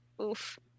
Oof